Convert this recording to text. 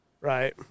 Right